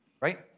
right